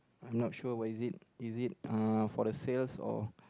I'm not sure what is it is it uh for the sales or